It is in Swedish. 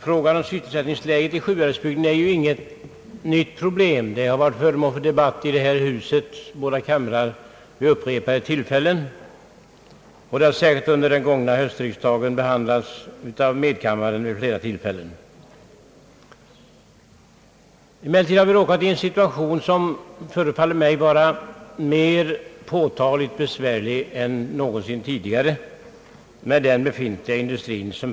Frågan om sysselsättningen i Sjuhäradsbygden är inget nytt problem. Den har varit uppe i riksdagens båda kamrar vid upprepade tillfällen och har under höstriksdagen behandlats av medkammaren vid flera tillfällen. Vi har emellertid råkat i en situation, som förefaller mig vara mer påtagligt besvärlig än någonsin tidigare för Sjuhäradsbygdens industri.